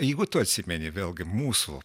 jeigu tu atsimeni vėlgi mūsų